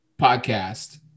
podcast